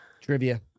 Trivia